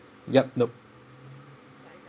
yup nope